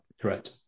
Correct